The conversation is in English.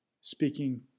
speaking